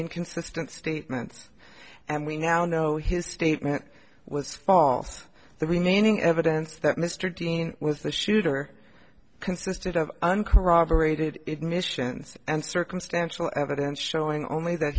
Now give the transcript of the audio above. inconsistent statements and we now know his statement was false the remaining evidence that mr dean was the shooter consisted of uncorroborated admissions and circumstantial evidence showing only that